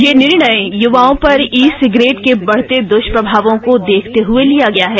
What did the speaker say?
यह निर्णय युवाओं पर ई सिगरेट के बढ़ते दुष्प्रभावों को देखते हुए लिया गया है